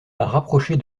rapprocher